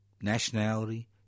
nationality